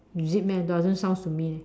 is it meh doesn't sounds to me eh